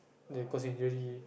they cause injury